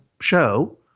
show